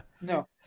No